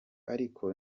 ariko